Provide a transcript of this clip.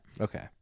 Okay